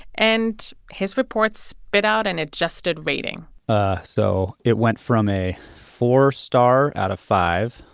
and his reports spit out an adjusted rating ah so it went from a four star out of five,